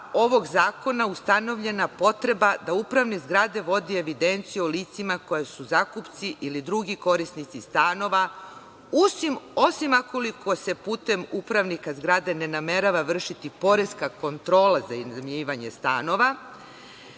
ovog zakona ustanovljena potreba da upravnik zgrade vodi evidenciju o licima koja su zakupci ili drugi korisnici stanova, osim ako se putem upravnika zgrade ne namerava vršiti poreska kontrola za iznajmljivanje stanova.